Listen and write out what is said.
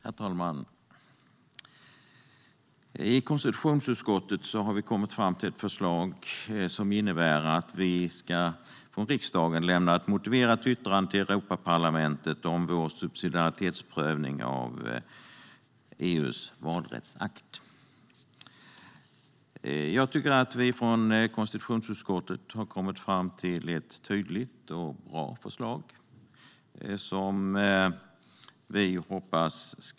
Herr talman! I konstitutionsutskottet har vi kommit fram till ett förslag som innebär att riksdagen ska lämna ett motiverat yttrande till Europaparlamentet om vår subsidiaritetsprövning av EU:s valrättsakt. Jag tycker att vi från konstitutionsutskottet har kommit fram till ett tydligt och bra förslag till yttrande.